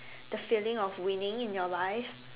the feeling of winning in your life